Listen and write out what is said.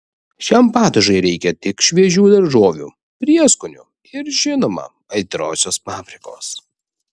šiam padažui reikia tik šviežių daržovių prieskonių ir žinoma aitriosios paprikos